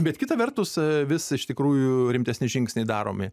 bet kita vertus vis iš tikrųjų rimtesni žingsniai daromi